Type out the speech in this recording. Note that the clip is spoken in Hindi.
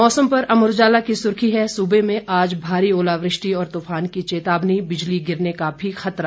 मौसम पर अमर उजाला की सुर्खी है सूबे में आज भारी ओलावृष्टि और तुफान की चेतावनी बिजली गिरने का भी खतरा